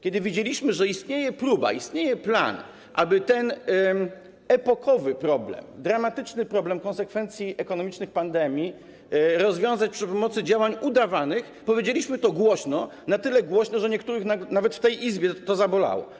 Kiedy widzieliśmy, że istnieje próba, istnieje plan, aby ten epokowy problem, dramatyczny problem konsekwencji ekonomicznych pandemii rozwiązać za pomocą działań udawanych, powiedzieliśmy to głośno, na tyle głośno, że niektórych, nawet w tej Izbie, to zabolało.